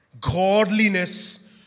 godliness